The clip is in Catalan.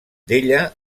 d’ella